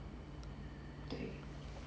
对